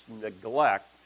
neglect